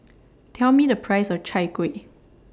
Tell Me The Price of Chai Kuih